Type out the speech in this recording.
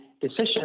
decision